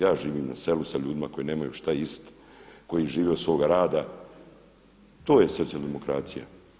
Ja živim na selu s ljudima koji nemaju što jist i koji žive od svoga rada, to je socijaldemokracija.